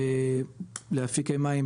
להפיק מים,